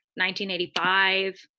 1985